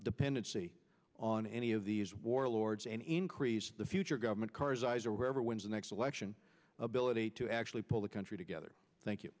dependency on any of these warlords and increase the future government cars eyes or whatever when's the next election ability to actually pull the country together thank you